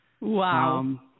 Wow